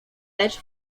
lecz